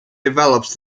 develops